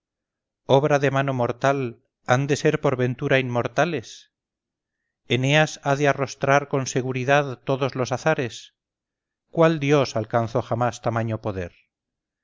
obra de mano mortal han de ser por ventura inmortales eneas ha de arrostras con seguridad todos los azares cuál dios alcanzó jamás tamaño poder